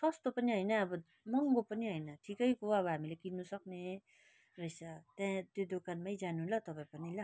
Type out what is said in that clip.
सस्तो पनि होइन अब महँगो पनि होइन ठिकैको अब हामीले किन्नु सक्ने रहेछ अब त्यहाँ त्यो दोकानमै जानु ल तपाईँ पनि ल